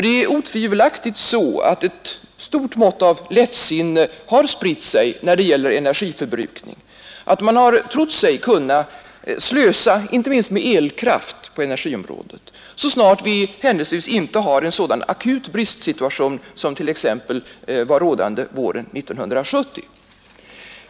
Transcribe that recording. Det är otvivelaktigt så att ett stort mått av lättsinne har spritt sig när det gäller energiförbrukning; man har trott sig kunna slösa inte minst med elkraft så snart vi händelsevis inte har en sådan akut bristsituation som t.ex. var rådande våren 1970.